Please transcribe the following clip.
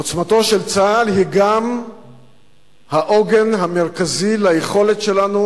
עוצמתו של צה"ל היא גם העוגן המרכזי ליכולת שלנו